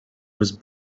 was